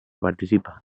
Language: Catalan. participa